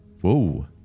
Whoa